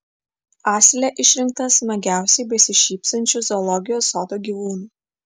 asilė išrinkta smagiausiai besišypsančiu zoologijos sodo gyvūnu